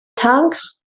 tanks